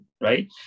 right